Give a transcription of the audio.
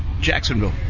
jacksonville